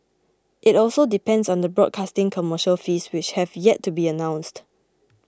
it also depends on the broadcasting commercial fees which have yet to be announced